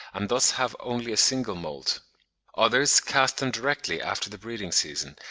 and thus have only a single moult others cast them directly after the breeding-season,